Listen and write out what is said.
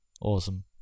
awesome